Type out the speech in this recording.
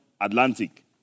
Atlantic